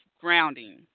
grounding